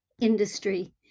Industry